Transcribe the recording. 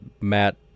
Matt